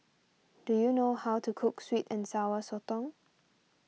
do you know how to cook Sweet and Sour Sotong